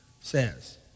says